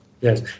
Yes